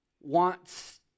wants